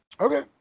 Okay